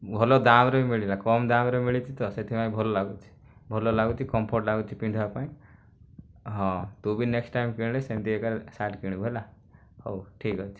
ଭଲ ଦାମ୍ରେ ମିଳିଲା କମ୍ ଦାମ୍ରେ ମିଳିଛି ତ ସେଥିପାଇଁ ଭଲ ଲାଗୁଛି ଭଲ ଲାଗୁଛି କମ୍ଫର୍ଟ ଲାଗୁଛି ପିନ୍ଧିବା ପାଇଁ ହଁ ତୁ ବି ନେକ୍ସଟ୍ ଟାଇମ୍ କିଣିଲେ ସେମିତି ଏକା ସାର୍ଟ କିଣିବୁ ହେଲା ହଉ ଠିକ୍ ଅଛି